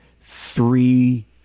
three